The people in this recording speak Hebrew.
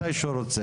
מתי שהוא רוצה.